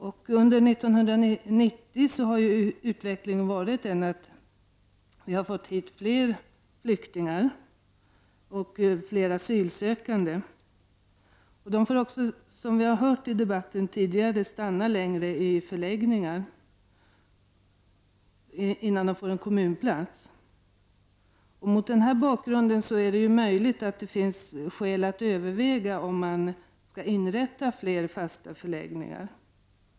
Under 1990 har utvecklingen varit den att antalet flyktingar och asylsökande som kommer hit har ökat. De får också stanna längre i förläggningar i väntan på kommunplats, som sagt. Det är mot den bakgrunden möjligt att det finns skäl att överväga om man skall inrätta fler fasta förläggningar.